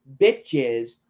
bitches